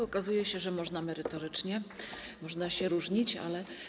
Okazuje się, że można merytorycznie, można się różnić, ale.